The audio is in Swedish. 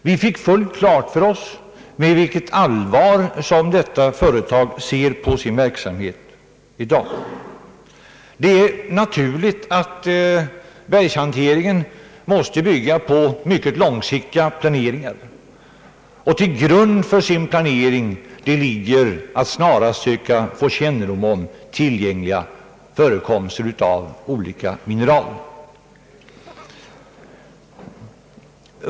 Vi fick fullt klart för oss med vilket allvar detta företag såg på sin verksamhet i dag. Det är naturligt att bergshanteringen måste bygga på mycket långsiktig planering, och till grund för den planeringen ligger att snarast söka få kännedom om tillgängliga förekomster av olika mineral.